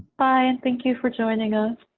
bye and thank you for joining us.